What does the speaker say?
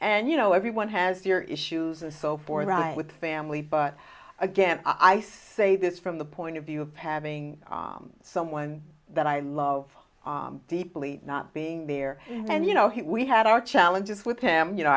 and you know everyone has your issues and so boring right with family but again i say this from the point of view of having someone that i love deeply not being there and you know he we had our challenges with him you know